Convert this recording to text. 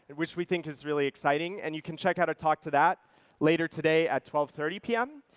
which we think is really exciting and you can check out a talk to that later today at twelve thirty p m.